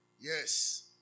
Yes